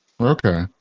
Okay